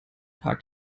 paar